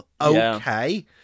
Okay